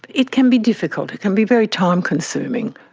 it can be difficult, it can be very time consuming.